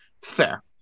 Fair